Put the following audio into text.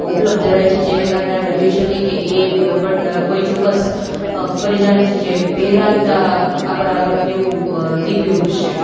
ઉપલબ્ધ રહે છે જેને કારણે આપણે જોઈ શકીએ કે એ પડ કોઈ ચોક્કસ પરિધાન છે જે પહેરાતા આપણા પર કેવું દીપી ઉઠશે